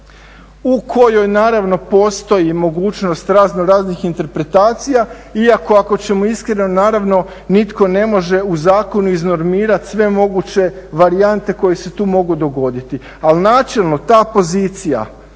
u kojoj naravno postoji mogućnost razno raznih interpretacija iako ako ćemo iskreno, naravno nitko ne može u zakonu iznormirati sve moguće varijante koje se tu mogu dogoditi. Ali načelno ta pozicija